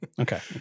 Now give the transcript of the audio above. Okay